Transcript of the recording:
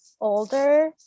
older